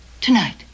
tonight